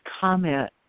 comment